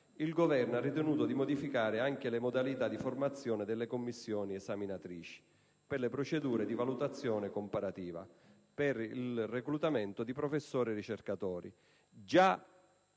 di ricerca»), ha ritenuto di modificare anche le modalità di formazione delle commissioni esaminatrici per le procedure di valutazione comparativa per il reclutamento di professori e ricercatori,